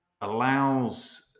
allows